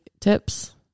tips